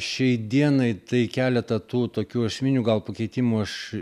šiai dienai tai keletą tų tokių esminių gal pakeitimų aš